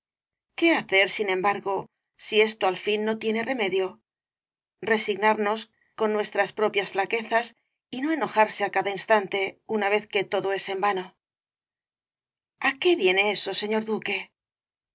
qué hacer sin rosalía de castro embargo si esto al fin no tiene remedio resignarnos con nuestras propias flaquezas y no enojarse á cada instante una vez que todo es en vano á qué viene eso señor duque